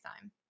time